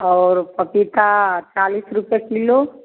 और पपीता चालिस रुपये किलो